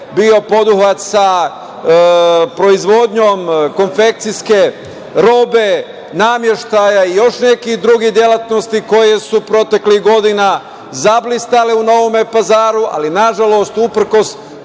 bio poduhvat sa proizvodnjom konfekcijske robe, nameštaja i još nekih drugih delatnosti koje su proteklih godina zablistale u Novom Pazaru, ali nažalost, uprkos